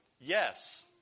yes